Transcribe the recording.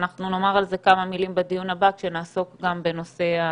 ואנחנו נאמר על זה כמה מילים בדיון הבא כשנעסוק גם בנושא התרבות.